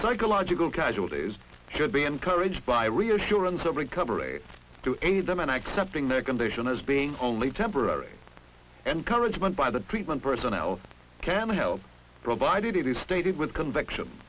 psychological casualties should be encouraged by reassurance to recover a to a them and accepting their condition as being only temporary encouragement by the treatment personnel can help provided it is stated with conviction